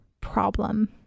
problem